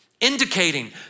indicating